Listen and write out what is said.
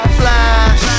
flash